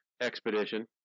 expedition